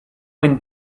when